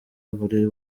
muri